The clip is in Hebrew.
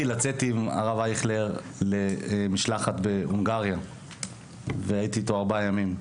זכיתי לצאת עם הרב אייכלר למשלחת להונגריה והייתי איתו ארבעה ימים.